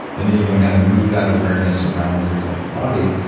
and then you learn how to move that awareness around inside your body.